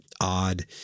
odd